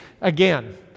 again